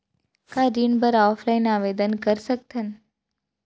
का ऋण बर ऑफलाइन आवेदन कर सकथन?